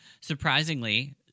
surprisingly